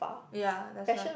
ya that's why